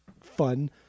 fun